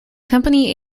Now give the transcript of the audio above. company